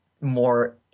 more